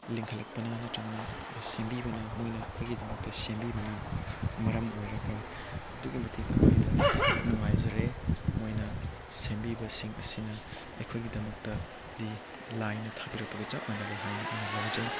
ꯂꯤꯡꯈꯠꯂꯛꯄꯅ ꯅꯠꯇ꯭ꯔꯒꯅ ꯁꯦꯝꯕꯤꯕꯅ ꯃꯣꯏꯅ ꯑꯩꯈꯣꯏꯒꯤꯗꯃꯛꯇ ꯁꯦꯝꯕꯤꯕꯅ ꯃꯔꯝ ꯑꯣꯏꯔꯒ ꯑꯗꯨꯛꯀꯤ ꯃꯇꯤꯛ ꯑꯩꯈꯣꯏꯗ ꯅꯨꯡꯉꯥꯏꯖꯔꯦ ꯃꯣꯏꯅ ꯁꯦꯝꯕꯤꯕꯁꯤꯡ ꯑꯁꯤꯅ ꯑꯩꯈꯣꯏꯒꯤꯗꯃꯛꯇꯗꯤ ꯂꯥꯏꯅ ꯊꯥꯕꯤꯔꯛꯄꯒ ꯆꯞ ꯃꯥꯟꯅꯔꯦ ꯍꯥꯏꯅ ꯑꯩꯅ ꯂꯧꯖꯩ